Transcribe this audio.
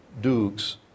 Dukes